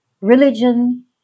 religion